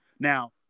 Now